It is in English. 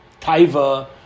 taiva